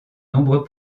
nombreux